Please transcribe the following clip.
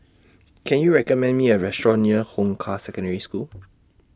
Can YOU recommend Me A Restaurant near Hong Kah Secondary School